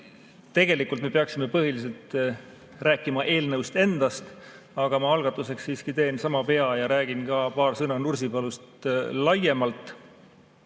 Tegelikult me peaksime põhiliselt rääkima eelnõust endast, aga ma algatuseks siiski teen sama vea ja räägin ka paar sõna Nursipalust